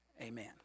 amen